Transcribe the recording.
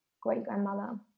great-grandmother